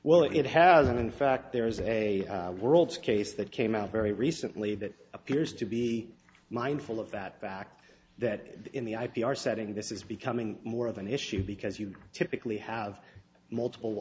well it hasn't in fact there is a world case that came out very recently that appears to be mindful of that fact that in the i p r setting this is becoming more of an issue because you typically have multiple